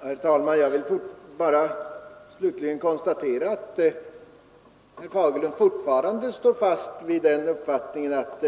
Herr talman! Jag konstaterar bara till slut att herr Fagerlund fortfarande står kvar vid den uppfattningen att